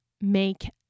make